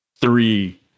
three